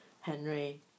Henry